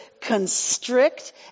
constrict